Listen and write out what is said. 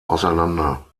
auseinander